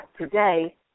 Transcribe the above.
today